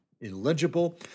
illegible